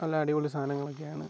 നല്ല അടിപൊളി സാധനങ്ങളൊക്കെ ആണ്